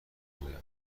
گویم